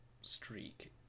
streak